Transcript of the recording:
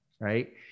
right